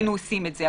היינו עושים את זה,